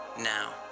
now